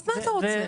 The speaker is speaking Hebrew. אז מה אתה רוצה?